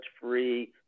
free